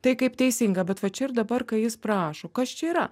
tai kaip teisinga bet va čia ir dabar kai jis prašo kas čia yra